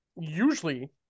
usually